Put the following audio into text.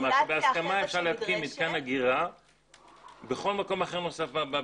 שבהסכמה אפשר להתקין מתקן אגירה בכל מקום אחר בבניין,